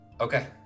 Okay